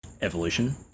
evolution